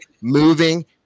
moving